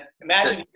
imagine